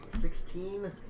Sixteen